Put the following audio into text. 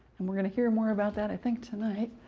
and we're going to hear more about that, i think tonight.